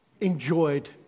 enjoyed